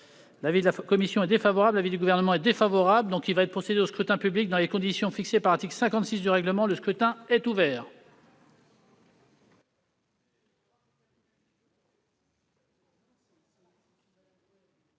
l'avis de la commission est favorable et que celui du Gouvernement est défavorable. Il va être procédé au scrutin dans les conditions fixées par l'article 56 du règlement. Le scrutin est ouvert.